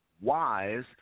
wise